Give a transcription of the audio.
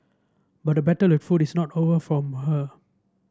but the battle with food is not over from her